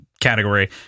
category